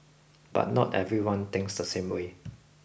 but not everyone thinks the same way